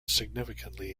significantly